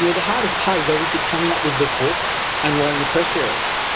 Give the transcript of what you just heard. yeah the hardest part is obviously coming up with the hook and writing the press release.